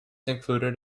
included